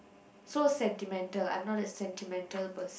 so sentimental I'm not a sentimental person